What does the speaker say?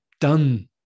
done